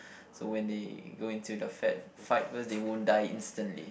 so when they go into the fat fight first they won't die instantly